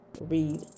read